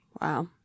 Wow